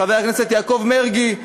חבר הכנסת יעקב מרגי,